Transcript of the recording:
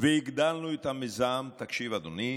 והגדלנו את המיזם, תקשיב, אדוני,